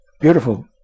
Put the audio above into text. beautiful